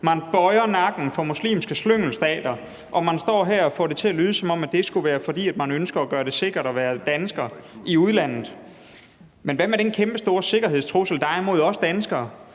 Man bøjer nakken for muslimske slyngelstater, og man står her og får det til at lyde, som om det skulle være, fordi man ønsker at gøre det sikkert at være dansker i udlandet. Men hvad med den kæmpestore sikkerhedstrussel, der er imod os danskere,